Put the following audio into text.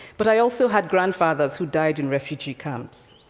but i also had grandfathers who died in refugee camps.